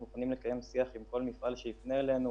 מוכנים לקיים שיח עם כל מפעל שיפנה אלינו,